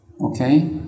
Okay